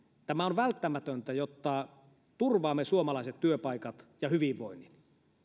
tämä on välttämätöntä jotta turvaamme suomalaiset työpaikat ja hyvinvoinnin